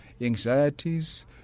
anxieties